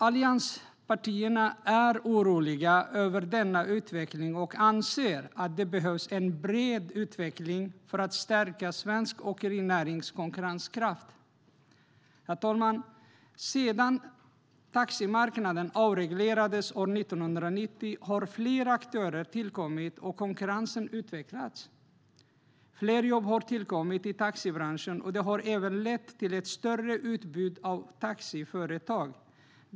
Allianspartierna är oroliga över denna utveckling och anser att det behövs en bred utredning för att stärka svensk åkerinärings konkurrenskraft. Herr talman! Sedan taximarknaden avreglerades år 1990 har fler aktörer tillkommit och konkurrensen utvecklats. Fler jobb har tillkommit i taxibranschen, och det har även lett till ett större utbud av taxiföretag.